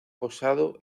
posado